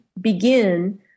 begin